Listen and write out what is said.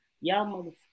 y'all